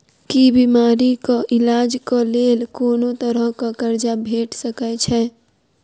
की बीमारी कऽ इलाज कऽ लेल कोनो तरह कऽ कर्जा भेट सकय छई?